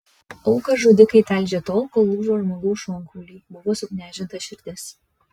auką žudikai talžė tol kol lūžo žmogaus šonkauliai buvo suknežinta širdis